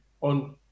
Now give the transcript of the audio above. on